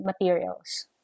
materials